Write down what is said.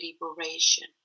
liberation